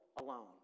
alone